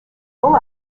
full